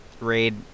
raid